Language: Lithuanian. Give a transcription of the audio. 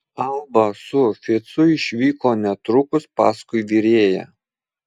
alba su ficu išvyko netrukus paskui virėją